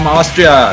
Austria